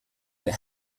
that